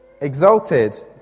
Exalted